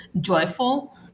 joyful